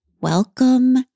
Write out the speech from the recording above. Welcome